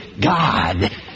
God